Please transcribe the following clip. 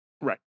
Right